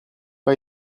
pas